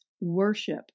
worship